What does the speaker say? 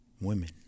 women